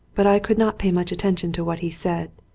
but i could not pay much attention to what he said.